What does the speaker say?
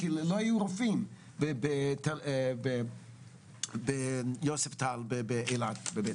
כי לא היו רופאים בבית החולים יוספטל באילת.